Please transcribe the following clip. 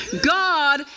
God